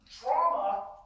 Trauma